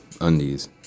undies